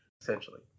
essentially